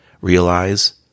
realize